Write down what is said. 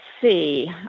see